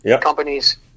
companies